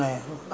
யாரு:yaaru